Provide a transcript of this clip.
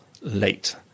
LATE